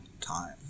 time